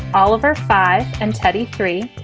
oliver five and teddy three.